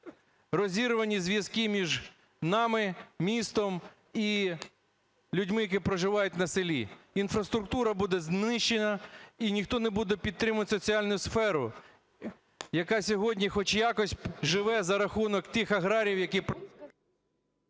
розірвані зв'язки між нами, містом і людьми, які проживають на селі. Інфраструктура буде знищена. І ніхто не буде підтримувати соціальну сферу, яка сьогодні хоч якось живе за рахунок тих аграріїв, які…